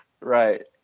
Right